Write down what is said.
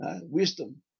Wisdom